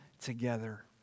together